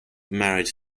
married